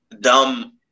dumb